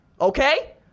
Okay